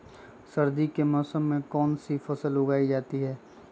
सर्दी के मौसम में कौन सी फसल उगाई जाती है?